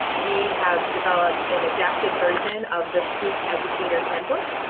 we have developed an adapted version of the scutes educator handbook.